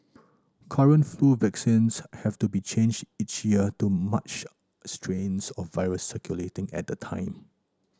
current flu vaccines have to be changed each year to match strains of virus circulating at the time